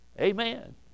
Amen